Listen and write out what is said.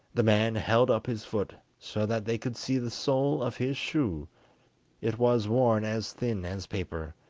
the man held up his foot so that they could see the sole of his shoe it was worn as thin as paper,